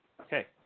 Okay